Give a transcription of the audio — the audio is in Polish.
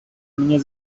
mnie